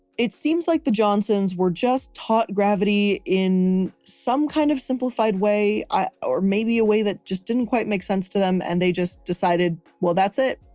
it seems like the johnson's were just taught gravity in some kind of simplified way or maybe a way that just didn't quite make sense to them and they just decided, well, that's it.